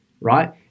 right